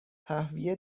تهویه